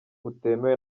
butemewe